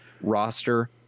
roster